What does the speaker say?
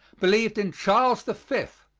believed in charles the fifth,